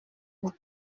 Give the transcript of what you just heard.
vous